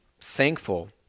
thankful